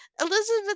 Elizabeth